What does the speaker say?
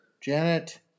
Janet